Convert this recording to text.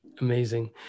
Amazing